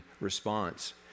response